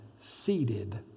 seated